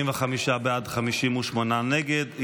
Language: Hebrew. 45 בעד, 58 נגד.